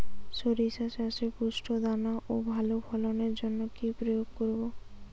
শরিষা চাষে পুষ্ট দানা ও ভালো ফলনের জন্য কি প্রয়োগ করব?